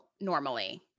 normally